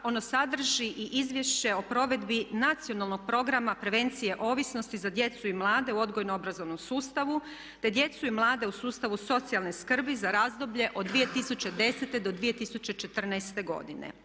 ono sadrži i izvješće o provedbi Nacionalnog programa prevencije ovisnosti za djecu i mlade u odgojno-obrazovnom sustavu, te djecu i mlade u sustavu socijalne skrbi za razdoblje od 2010. do 2014. godine.